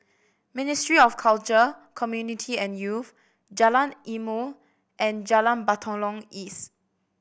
Ministry of Culture Community and Youth Jalan Ilmu and Jalan Batalong East